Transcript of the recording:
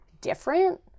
different